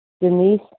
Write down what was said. Denise